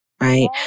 right